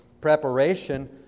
preparation